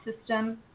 system